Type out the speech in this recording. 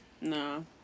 No